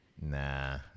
Nah